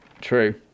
true